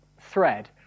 thread